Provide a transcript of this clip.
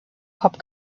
hop